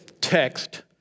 text